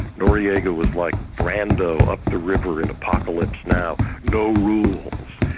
noriega was like brando up the river in apocalypse now, no rules.